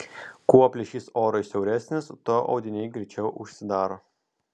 kuo plyšys orui siauresnis tuo audiniai greičiau užsidaro